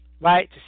right